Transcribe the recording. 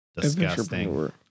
Disgusting